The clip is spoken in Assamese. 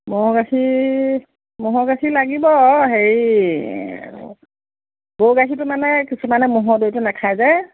ম'হৰ গাখীৰ ম'হৰ গাখীৰ লাগিব হেৰি গৰু গাখীৰটো মানে কিছুমানে ম'হৰ দৈটো নাখায় যে